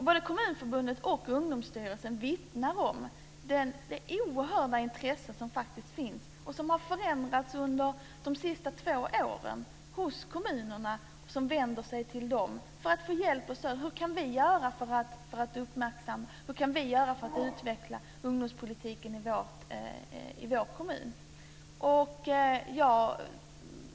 Både Kommunförbundet och Ungdomsstyrelsen vittnar om det oerhörda intresse som faktiskt finns och som har förändrats under de senaste två åren hos kommunerna som vänder sig till dem för att få hjälp och stöd: Hur kan vi göra för att uppmärksamma..., hur ska vi göra för att utveckla ungdomspolitiken i vår kommun?